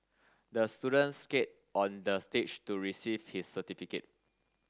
the student skate onto the stage to receive his certificate